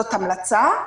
זאת המלצה,